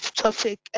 topic